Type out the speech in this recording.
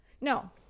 No